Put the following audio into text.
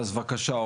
אז בבקשה,